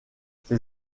ses